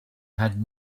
had